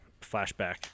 flashback